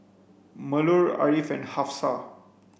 Melur Ariff and Hafsa